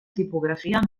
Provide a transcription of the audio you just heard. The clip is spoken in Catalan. tipografia